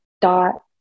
dot